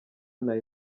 nari